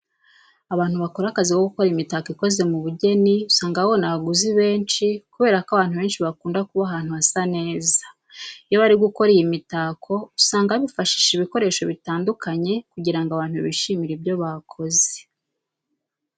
Abantu bakora akazi ko gukora imitako ikoze mu bugeni usanga babona abaguzi benshi, kubera ko abantu benshi bakunda kuba ahantu hasa neza. Iyo bari gukora iyi mitako usanga bifashisha ibikoresho bitandukanye kugira ngo abantu bishimire ibyo bakoze.